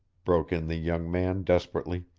broke in the young man, desperately.